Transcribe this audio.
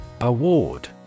Award